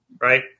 right